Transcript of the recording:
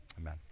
Amen